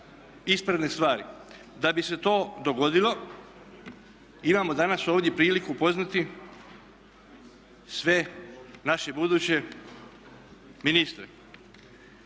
isprazne stvari. Da bi se to dogodilo imamo danas ovdje priliku upoznati sve naše buduće ministre.